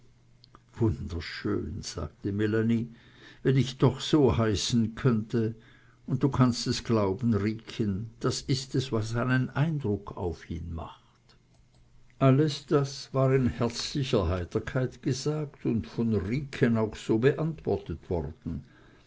wunderschön sagte melanie wenn ich doch so heißen könnte und du kannst es glauben riekchen das ist es was einen eindruck auf ihn macht alles das war in herzlicher heiterkeit gesagt und von riekchen auch so beantwortet worden